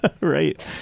Right